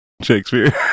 shakespeare